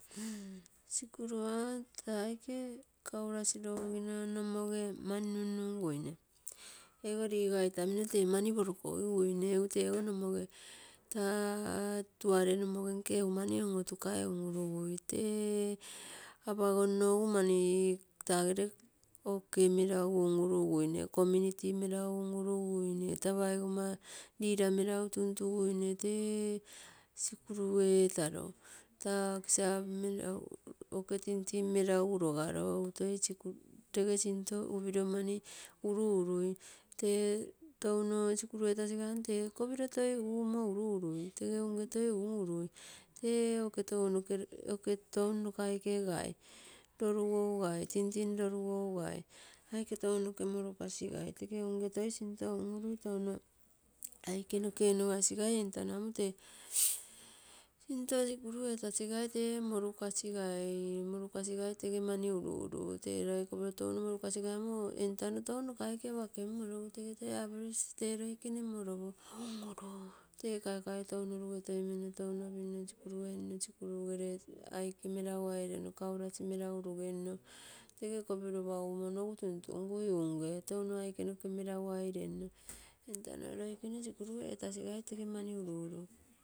Sikuru ogo taa aike kaurasi logogino mani nunnunguine, ego liga itamino tee mani porugogiguine egu tege nomoge taa tuare nomogenke egu mani on-otukai un-urugui tee apagonno egu mani taogere oke meragu un-urugui. Community meragu un-uruguine paigomma leader meragu tuntuguine tee sikuru etalo taa save meragu, ako tingting meragu logaro egu toi etege sinto upiro mani uru-urui tee touno sikuru etasiga amm tee toi tege kopiro toi umo uru-urui tege unge toi uru-urui ee oke touno nokai kegai. Lorugougai, tingting lorugougai aike tounoke morukasigai tege unge toi sinto uru-urui tou aike noke onoga sigai entano amo tee sinto sikuru tee morukasigai. Molikasigai tege mani uru-urui ee loi kopiro tou molugasigai amm tee touno nokai ke aoakem morogo tege toi apuresi tee loi moropo un-urui lee kaukai touno rugetoimenno touno pinno sikuru eninno, touno pinno sikuru enino, sikuruere aike meragu airenno kaurasi meragu logenno tege kopiro lopa umo nogu tuntungui. Touno aike noke airenno entano loikena sikuru etasigai mani uru-uru.